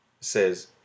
says